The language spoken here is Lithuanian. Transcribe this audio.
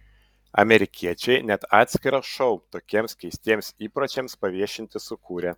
amerikiečiai net atskirą šou tokiems keistiems įpročiams paviešinti sukūrė